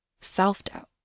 self-doubt